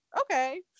okay